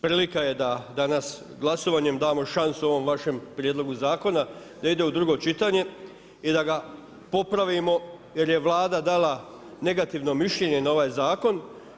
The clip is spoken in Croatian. Prilika je da nas glasovanjem damo šansu ovom vašem prijedlogu zakona, da ide u drugo čitanje i da ga popravimo, jer je Vlada dala negativno mišljenje na ovaj zakon.